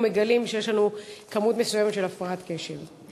מגלים שיש לנו כמות מסוימת של הפרעת קשב.